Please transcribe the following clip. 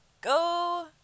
go